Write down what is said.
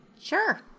Sure